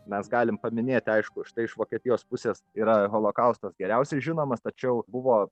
mes galim paminėti aišku štai iš vokietijos pusės yra holokaustas geriausiai žinomas tačiau buvo